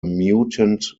mutant